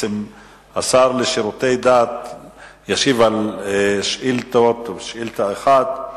השר לשירותי דת ישיב על שאילתא אחת.